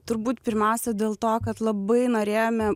turbūt pirmiausia dėl to kad labai norėjome